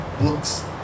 books